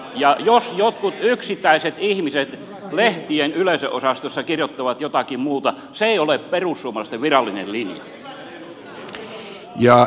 ja jos jotkut yksittäiset ihmiset lehtien yleisönosastoilla kirjoittavat jotakin muuta ei se ole perussuomalaisten virallinen linja